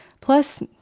Plus